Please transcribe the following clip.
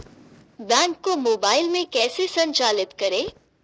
Bank को mobile में कैसे संचालित करें?